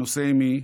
נושא עימי,